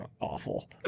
awful